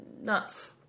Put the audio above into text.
nuts